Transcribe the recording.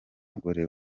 mugore